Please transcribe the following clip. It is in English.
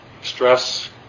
stress